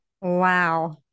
Wow